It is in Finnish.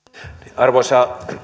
arvoisa